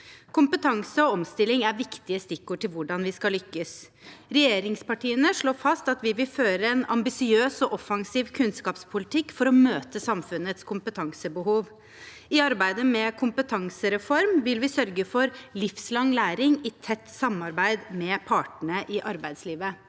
Kompetanse og omstilling er viktige stikkord til hvordan vi skal lykkes. Regjeringspartiene slår fast at vi vil føre en ambisiøs og offensiv kunnskapspolitikk for å møte samfunnets kompetansebehov. I arbeidet med kompetansereform vil vi sørge for livslang læring i tett samarbeid med partene i arbeidslivet.